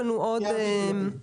סיימתי, גברתי.